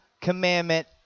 commandment